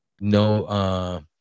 no